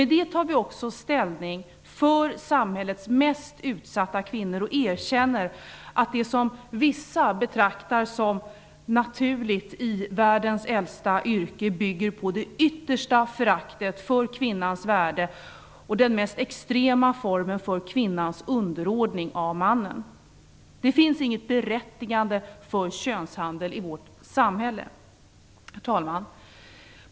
Därigenom tar vi också ställning för samhällets mest utsatta kvinnor och erkänner att det som vissa betraktar som naturligt i världens äldsta yrke bygger på det yttersta föraktet för kvinnans värde och att det är den mest extrema formen för kvinnans underordning av mannen. Det finns inget berättigande för könshandel i vårt samhälle. Herr talman!